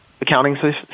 accounting